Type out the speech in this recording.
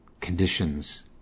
conditions